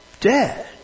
dead